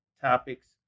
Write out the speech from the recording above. topics